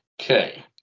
Okay